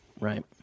Right